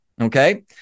okay